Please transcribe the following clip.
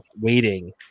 waiting